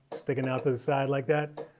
sticking out to the side like that.